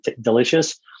delicious